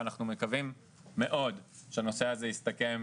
ואנחנו מקווים מאוד שהנושא הזה יסתכם